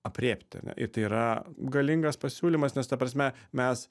aprėpti ar ne ir tai yra galingas pasiūlymas nes ta prasme mes